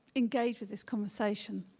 engage with this conversation.